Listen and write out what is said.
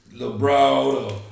Lebron